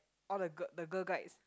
all the gi~ the girl guides